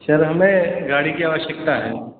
sir हमें गाड़ी की आवश्यकता है